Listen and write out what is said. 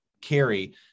carry